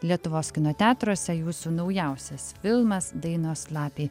lietuvos kino teatruose jūsų naujausias filmas dainos lapei